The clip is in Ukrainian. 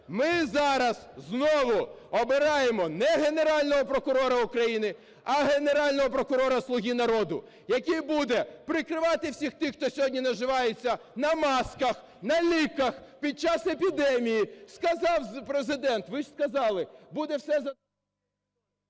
Ми зараз знову обираємо не Генерального прокурора України, а генерального прокурора "Слуги народу", який буде прикривати всіх тих, хто сьогодні наживається на масках, на ліках під час епідемії. Сказав Президент, ви ж сказали: буде все за…